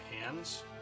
hands